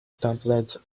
stumbled